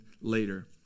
later